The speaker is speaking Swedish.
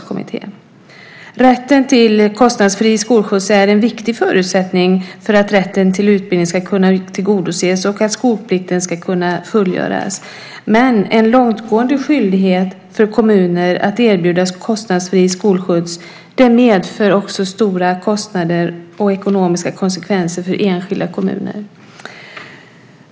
Rätten till kostnadsfri skolskjuts är en viktig förutsättning för att rätten till utbildning ska kunna tillgodoses och för att skolplikten ska kunna fullgöras. En långtgående skyldighet för kommuner att erbjuda kostnadsfri skolskjuts medför också stora kostnader och ekonomiska konsekvenser för enskilda kommuner.